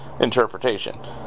interpretation